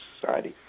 Society